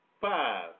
five